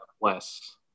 less